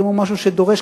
כמו משהו שדורש,